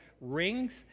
rings